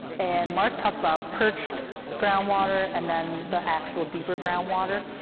and mark talked about perched groundwater, and then the actual deeper groundwater.